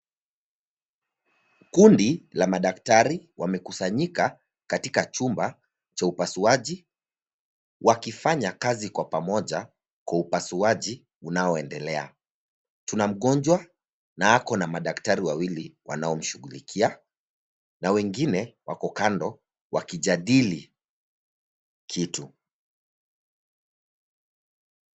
Kundi la madaktari wamekusanyika katika chumba cha upasuaji wakifanya kazi kwa pamoja kwa upasuaji unaoendelea. Tuna mgonjwa na akona madaktari wawili wanaomshughulikia na wengine wako kando wakijadili kitu.